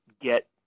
get